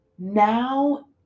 Now